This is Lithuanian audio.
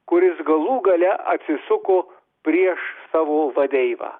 kuris galų gale atsisuko prieš savo vadeivą